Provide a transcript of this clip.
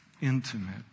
intimate